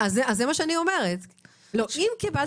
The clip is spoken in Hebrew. אם קיבלת